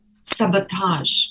sabotage